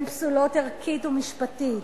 הן פסולות ערכית ומשפטית.